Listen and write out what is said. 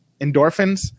Endorphins